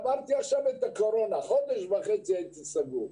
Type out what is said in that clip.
עברתי עכשיו את הקורונה וחודש וחצי הייתי סגור.